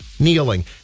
kneeling